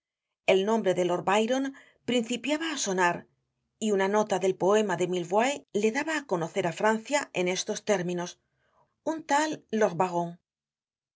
el nombre de lord byron principiaba á sonar y una nota del poema de millevoye le daba á conocer á francia en estos términos un tal lord baron